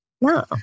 No